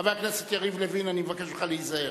חבר הכנסת יריב לוין, אני מבקש ממך להיזהר.